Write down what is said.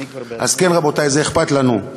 אז כן, רבותי, זה אכפת לנו.